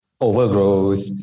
overgrowth